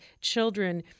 children